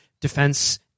defense